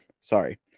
sorry